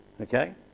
Okay